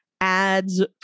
ads